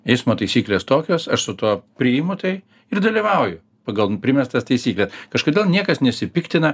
eismo taisyklės tokios aš su tuo priimu tai ir dalyvauju pagal primestas taisykles kažkodėl niekas nesipiktina